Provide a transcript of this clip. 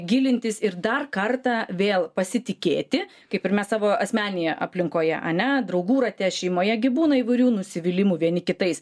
gilintis ir dar kartą vėl pasitikėti kaip ir mes savo asmeninėje aplinkoje ane draugų rate šeimoje gi būna įvairių nusivylimų vieni kitais